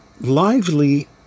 lively